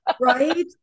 Right